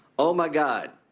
oh, my god,